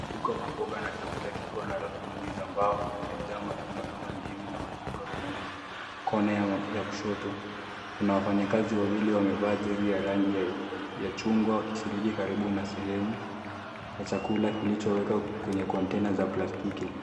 Duka la mboga na chakula liko na rafu nyingi za mbao. Zimejaa na matunda kama vile ndizi na machingwa kwenye kone ya kushoto. Kuna wafanyakazi wawili wamevaa jezi ya rangi ya chungwa wakishiriki karibu na sehemu ya chakula kilichowekwa kwenye container za plastiki.